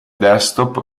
desktop